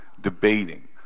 debating